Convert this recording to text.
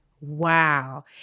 wow